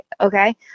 okay